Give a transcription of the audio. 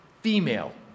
female